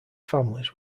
families